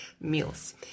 meals